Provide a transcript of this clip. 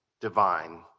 divine